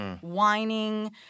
whining